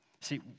See